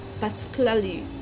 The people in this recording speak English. particularly